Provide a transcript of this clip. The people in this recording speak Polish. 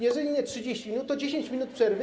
Jeżeli nie 30 minut, to 10 minut przerwy.